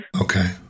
okay